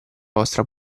vostra